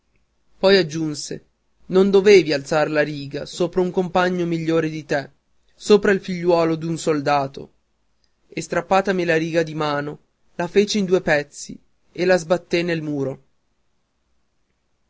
poi soggiunse non dovevi alzar la riga sopra un compagno migliore di te sopra il figliuolo d'un soldato e strappatami la riga di mano la fece in due pezzi e la sbatté nel muro